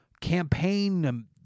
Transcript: campaign